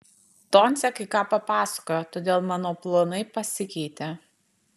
doncė kai ką papasakojo todėl mano planai pasikeitė